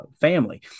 family